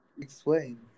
Explain